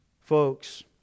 Folks